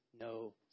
no